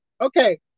Okay